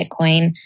Bitcoin